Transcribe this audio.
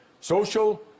social